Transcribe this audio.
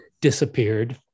disappeared